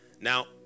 now